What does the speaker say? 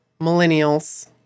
millennials